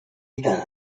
liedern